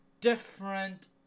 different